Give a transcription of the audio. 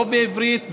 לא בעברית,